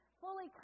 fully